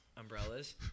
umbrellas